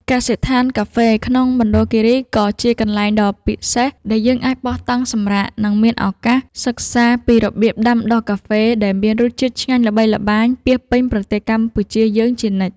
កសិដ្ឋានកាហ្វេក្នុងមណ្ឌលគីរីក៏ជាកន្លែងដ៏ពិសេសដែលយើងអាចបោះតង់សម្រាក និង មានឱកាសសិក្សាពីរបៀបដាំដុះកាហ្វេដែលមានរសជាតិឆ្ងាញ់ល្បីល្បាញពាសពេញប្រទេសកម្ពុជាយើងជានិច្ច។